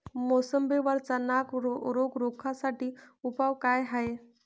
मोसंबी वरचा नाग रोग रोखा साठी उपाव का हाये?